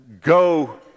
go